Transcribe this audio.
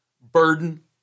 burden